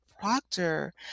Proctor